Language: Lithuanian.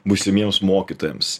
būsimiems mokytojams